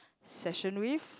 session with